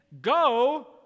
Go